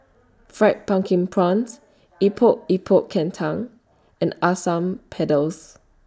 Fried Pumpkin Prawns Epok Epok Kentang and Asam Pedas